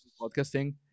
podcasting